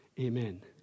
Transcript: Amen